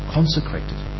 Consecrated